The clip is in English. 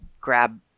grab